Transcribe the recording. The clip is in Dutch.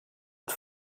het